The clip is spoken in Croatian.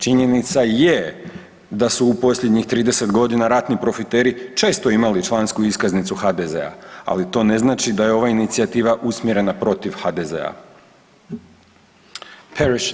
Činjenica je da su posljednjih 30 godina ratni profiteri često imali člansku iskaznicu HDZ-a, ali to ne znači da je ova inicijativa usmjerena protiv HDZ-a.